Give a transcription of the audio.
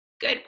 Good